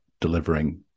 delivering